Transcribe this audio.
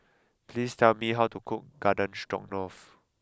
please tell me how to cook Garden Stroganoff